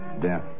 death